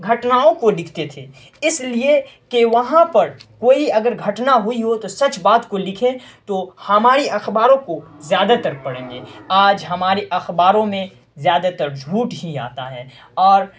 گھٹناؤں کو لکھتے تھے اس لیے کہ وہاں پر کوئی اگر گھٹنا ہوئی ہو تو سچ بات کو لکھے تو ہماری اخباروں کو زیادہ تر پڑھیں گے آج ہمارے اخباروں میں زیادہ تر جھوٹ ہی آتا ہے اور